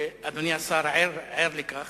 ואדוני השר ער לכך,